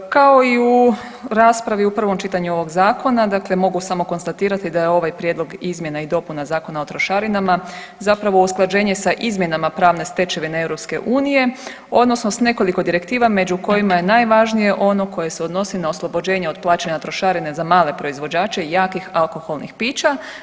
Kao i u raspravi u prvom čitanju ovog zakona, dakle mogu samo konstatirati da je ovaj prijedlog izmjena i dopuna Zakona o trošarinama zapravo usklađenje sa izmjenama pravne stečevine EU, odnosno sa nekoliko direktiva među kojima je najvažnije ono koje se odnosi na oslobođenje od plaćanja trošarine za male proizvođače jakih alkoholnih pića.